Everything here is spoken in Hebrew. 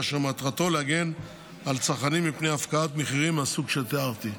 ואשר מטרתו להגן על צרכנים מפני הפקעת מחירים מהסוג שתיארתי.